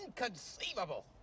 Inconceivable